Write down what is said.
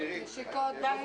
אני רוצה להגיד שיכול להיות